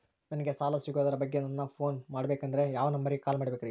ನಂಗೆ ಸಾಲ ಸಿಗೋದರ ಬಗ್ಗೆ ನನ್ನ ಪೋನ್ ಮಾಡಬೇಕಂದರೆ ಯಾವ ನಂಬರಿಗೆ ಕಾಲ್ ಮಾಡಬೇಕ್ರಿ?